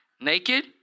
Naked